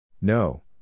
No